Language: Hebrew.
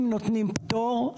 אם נותנים פטור,